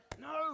no